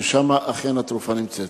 שם אכן התרופה נמצאת,